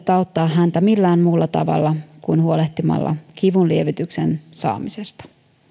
auttaa häntä millään muulla tavalla kuin huolehtimalla kivunlievityksen saamisesta